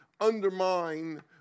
undermine